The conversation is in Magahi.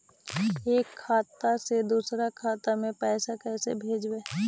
एक खाता से दुसर के खाता में पैसा कैसे भेजबइ?